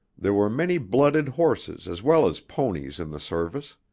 there were many blooded horses as well as ponies in the service.